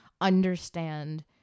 understand